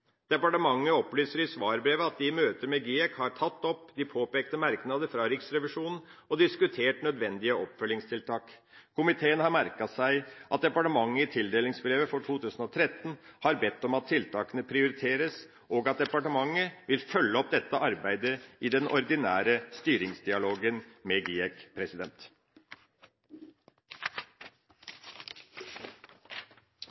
Departementet opplyser i svarbrevet at de i møte med GIEK har tatt opp de påpekte merknader fra Riksrevisjonen og diskutert nødvendige oppfølgingstiltak. Komiteen har merket seg at departementet i tildelingsbrevet for 2013 har bedt om at tiltakene prioriteres, og at departementet vil følge opp dette arbeidet i den ordinære styringsdialogen med GIEK.